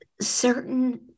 certain